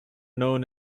known